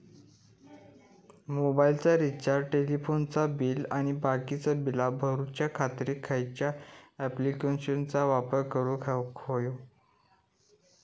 मोबाईलाचा रिचार्ज टेलिफोनाचा बिल आणि बाकीची बिला भरूच्या खातीर खयच्या ॲप्लिकेशनाचो वापर करूक होयो?